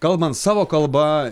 kalbant savo kalba